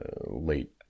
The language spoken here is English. late